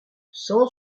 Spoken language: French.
cent